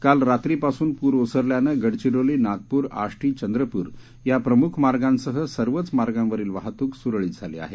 काल रात्रीपासून प्र ओसरल्यानं गडचिरोली नागप्र आष्टी चंद्रप्र या प्रम्ख मार्गांसह सर्वच मार्गावरील वाहतूक सुरळीत झाली आहे